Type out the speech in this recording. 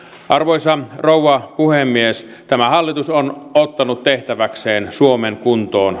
arvoisa rouva puhemies tämä hallitus on ottanut tehtäväkseen suomen kuntoon